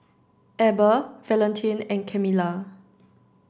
Eber Valentin and Camilla